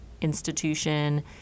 institution